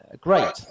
great